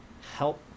help